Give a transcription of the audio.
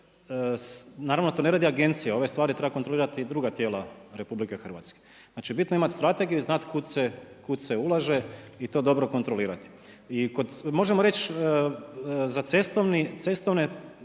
naravno to ne radi agencija, ove stvari treba kontrolirati druga tijela RH. Znači bitno je imati strategiju i znati kud se ulaže i to dobro kontrolirati. I možemo reći za ceste